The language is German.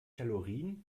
kalorien